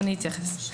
אני אתייחס.